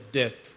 death